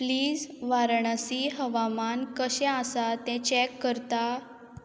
please Varanasi हवामान कशें आसा तें चॅक करता